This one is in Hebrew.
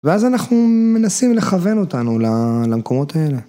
ואז אנחנו מנסים לכוון אותנו ל.. למקומות האלה.